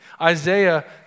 Isaiah